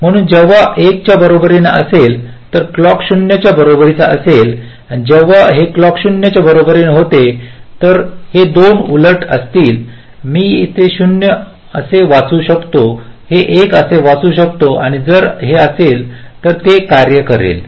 म्हणून जेव्हा क्लॉक 1 च्या बरोबरीने असेल तर हे क्लॉक 0 च्या बरोबरीचे असेल जेव्हा हे क्लॉक 0 च्या बरोबरीने होते तर हे दोन उलट असतील मी ते 0 असे वाचू शकतो ते 1 असे वाचू शकते आणि जर हे असेल तर हे करेल